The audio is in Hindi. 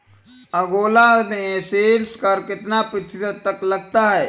अंगोला में सेल्स कर कितना प्रतिशत तक लगता है?